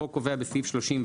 החוק קובע בסעיף 38: